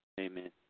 Amen